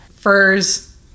Furs